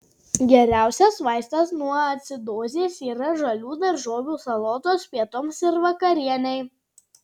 geriausias vaistas nuo acidozės yra žalių daržovių salotos pietums ir vakarienei